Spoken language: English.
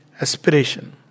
Aspiration